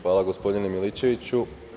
Hvala, gospodine Milićeviću.